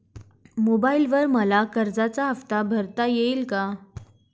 मोबाइलवर मला कर्जाचा हफ्ता भरता येईल का?